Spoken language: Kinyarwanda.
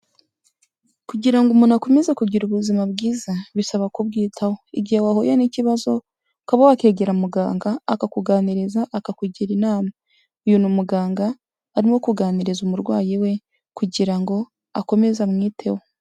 Kugira ngo umuntu akomeze kugira ubuzima bwiza, bisaba kubwitaho, igihe wahuye n'ikibazo ukaba wakegera muganga, akakuganiriza akakugira inama, uyu ni umuganga arimo kuganiriza umurwayi we, kugira ngo akomeze amwiteho.